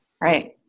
Right